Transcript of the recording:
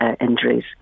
injuries